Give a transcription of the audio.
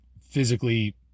physically